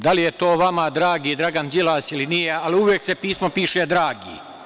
Da li je to vama dragi Dragan Đilas ili nije, ali uvek se pismo piše "dragi"